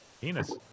Penis